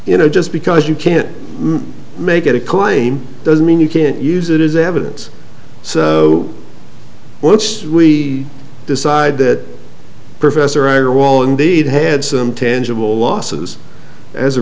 you know just because you can't make it a claim doesn't mean you can't use it as evidence so once we decide that professor ira wall indeed had some tangible losses as a